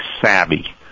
savvy